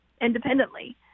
independently